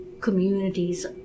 communities